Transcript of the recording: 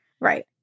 Right